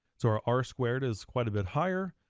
so our r squared is quite a bit higher,